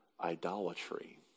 idolatry